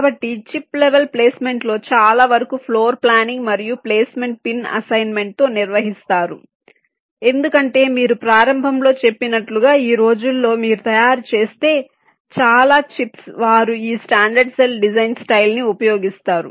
కాబట్టి chip level ప్లేస్మెంట్లో చాలా వరకు ఫ్లోర్ ప్లానింగ్ మరియు ప్లేస్మెంట్ పిన్ అసైన్మెంట్తో నిర్వహిస్తారు ఎందుకంటే మీరు ప్రారంభంలో చెప్పినట్లుగా ఈ రోజుల్లో మీరు తయారుచేసే చాలా చిప్స్ వారు ఈ స్టాండర్డ్ సెల్ డిజైన్ స్టైల్ ని ఉపయోగిస్తారు